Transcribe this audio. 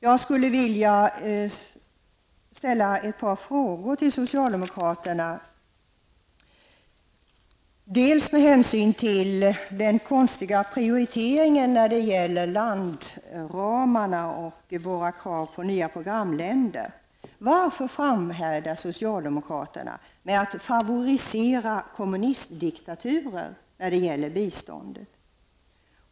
Jag skulle vilja ställa ett par frågor till socialdemokraterna med tanke på den konstiga prioriteringen när det gäller landramarna och våra krav på nya programländer: Varför framhärdar socialdemokraterna med att favorisera kommunistdiktaturer när det gäller biståndet?